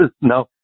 no